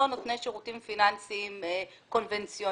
נותני שירותים פיננסיים קונבנציונאליים.